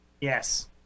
Yes